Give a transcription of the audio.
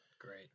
Great